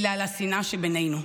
אלא על השנאה שבינינו.